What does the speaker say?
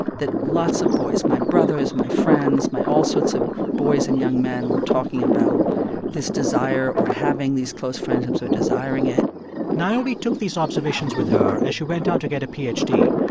that lots of boys my brothers, my friends, my all sorts of boys and young men were talking about this desire or having these close friendships or desiring it niobe took these observations with her as she went on ah to get a ph d.